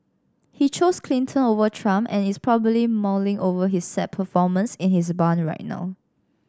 he chose Clinton over Trump and is probably mulling over his sad performance in his barn right now